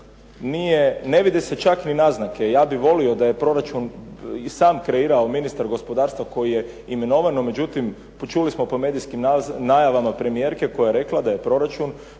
ne vide se čak ni naznake. Ja bih volio da je proračun i sam kreirao ministar gospodarstva koji je imenovan, no međutim čuli smo po medijskim najavama od premijerke koja je rekla da je proračun